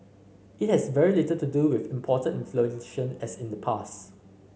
it has very little to do with imported inflation as in the past